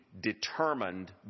determined